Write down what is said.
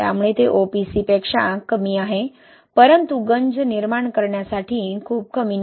त्यामुळे ते OPC पेक्षा कमी आहे परंतु गंज निर्माण करण्यासाठी खूप कमी नाही